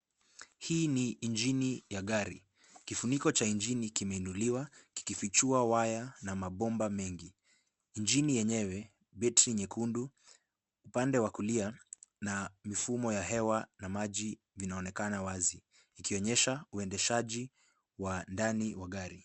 Hii ni engini ya gari, kifuniko cha engini kimeinuliwa kikifichua waya na mabomba mengi. Engini yenyewe, betri nyekundu ,upande wa kulia na mifumo ya hewa na maji vinaonekana wazi ikionyesha uendeshaji wa ndani wa gari.